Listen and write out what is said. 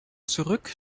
zurück